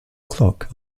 clock